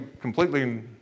completely